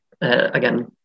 again